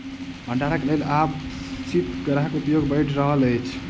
भंडारणक लेल आब शीतगृहक उपयोग बढ़ि रहल अछि